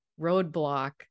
roadblock